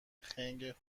خنگ